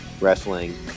wrestling